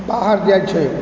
बाहर जाइत छै